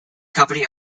company